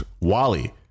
Wally